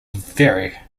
vary